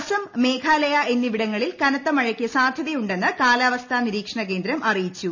അസം മേഘാലയ എന്നിവിടങ്ങളിൽ കനത്ത മഴയ്ക്ക് സാധ്യതയുടെ ന്ന് കാലാവസ്ഥാ നിരീക്ഷണ കേന്ദ്രം അറിയിച്ചു